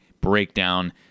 breakdown